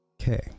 Okay